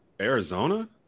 Arizona